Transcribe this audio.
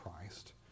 Christ